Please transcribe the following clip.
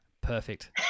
Perfect